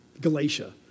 Galatia